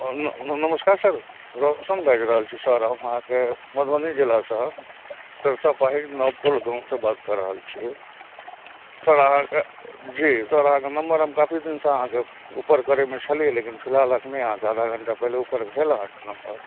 नमस्कार सर रोशन बाजि रहल छी सर हम अहाँके मधुबनी जिलासे सरिसव पाही नवटोल गामसे बात कऽ रहल छी सर अहाँके जी सर अहाँके नम्बर हम काफी दिनसे अहाँके उपर करैमे छलिए लेकिन फिलहालके एखनहि अहाँके आधा घण्टा पहिले उपर भेल अहाँके नम्बर